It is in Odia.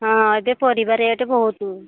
ହଁ ଏବେ ପରିବା ରେଟ୍ ବହୁତ